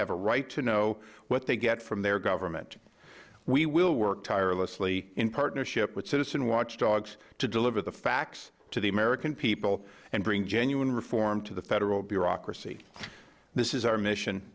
have a right to know what they get from their government we will work tirelessly in partnership with citizen watchdogs to deliver the facts to the american people and bring genuine reform to the federal bureaucracy this is our mission